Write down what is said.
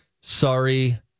Sorry